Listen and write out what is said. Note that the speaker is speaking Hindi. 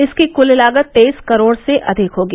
इसकी कल लागत तेईस करोड़ से अधिक होगी